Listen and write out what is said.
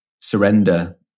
surrender